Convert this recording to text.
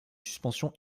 suspension